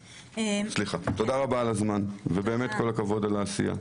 תודה רבה על הזמן, ובאמת כל הכבוד על העשייה.